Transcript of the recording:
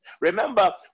Remember